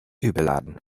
überladen